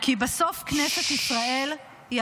כי בסוף כנסת ישראל -- ששש.